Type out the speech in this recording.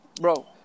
Bro